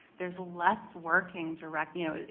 there's less working direct you know,